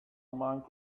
among